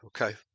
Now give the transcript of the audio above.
Okay